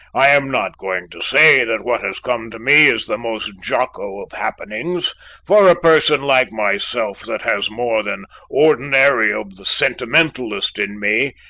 i am not going to say that what has come to me is the most joco of happenings for a person like myself that has more than ordinary of the sentimentalist in me,